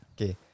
Okay